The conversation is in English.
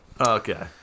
okay